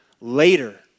later